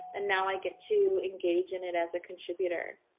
and now i get to engage in it as a contributor?